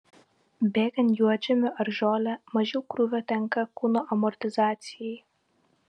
bėgant juodžemiu ar žole mažiau krūvio tenka kūno amortizacijai